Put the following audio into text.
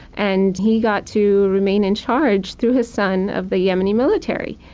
and he got to remain in charge, through his son, of the yemeni military.